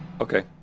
okay.